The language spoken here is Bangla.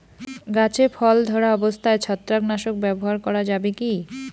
গাছে ফল ধরা অবস্থায় ছত্রাকনাশক ব্যবহার করা যাবে কী?